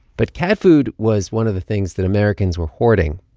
but cat food was one of the things that americans were hoarding.